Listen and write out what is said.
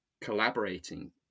collaborating